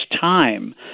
time